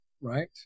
right